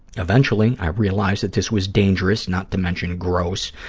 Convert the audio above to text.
eventually, i realized that this was dangerous, not to mention gross,